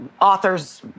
authors